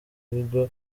bigo